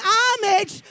homage